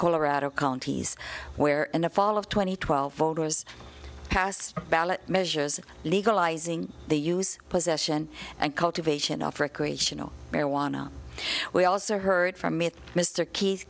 colorado counties where in the fall of two thousand and twelve voters passed ballot measures legalizing the use possession and cultivation of recreational marijuana we also heard from it mr key